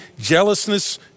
jealousness